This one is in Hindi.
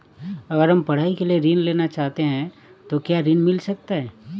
अगर हम पढ़ाई के लिए ऋण लेना चाहते हैं तो क्या ऋण मिल सकता है?